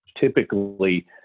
typically